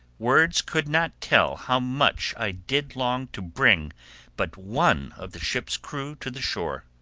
words could not tell how much i did long to bring but one of the ship's crew to the shore!